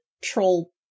troll-